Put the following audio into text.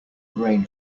grain